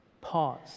Pause